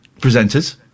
presenters